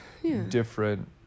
different